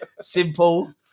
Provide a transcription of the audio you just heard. simple